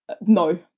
No